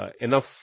enough